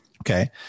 Okay